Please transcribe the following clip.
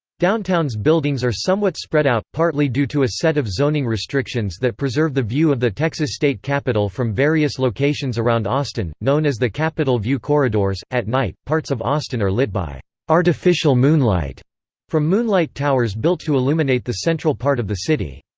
downtown's buildings are somewhat spread out, partly due to a set of zoning restrictions that preserve the view of the texas state capitol from various locations around austin, known as the capitol view corridors at night, parts of austin are lit by artificial moonlight from moonlight towers built to illuminate the central part of the city.